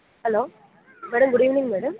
hello madam good evening madam